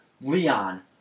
Leon